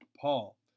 Paul